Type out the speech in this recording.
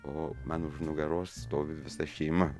o man už nugaros stovi visa šeima